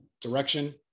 direction